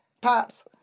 Pops